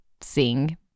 sing